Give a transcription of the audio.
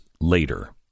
later